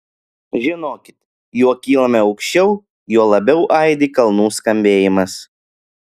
žinokit juo kylame aukščiau juo labiau aidi kalnų skambėjimas